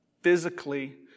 physically